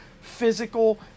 physical